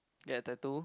get a tattoo